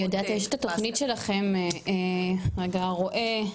אני יודעת יש את התוכנית שלכם, רגע הרועה העברי.